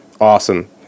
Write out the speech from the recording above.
awesome